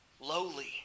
lowly